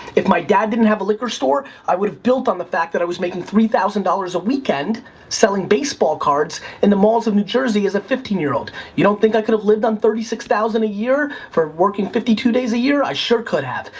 if my dad didn't have a liquor store, i would've built on the fact that i was making three thousand dollars a weekend selling baseball cards in the malls of new jersey as a fifteen year old. you don't think i could've lived on thirty six thousand a year? from working fifty two days a year, i sure could have.